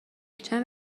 چند